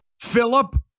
Philip